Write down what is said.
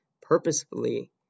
purposefully